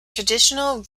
traditional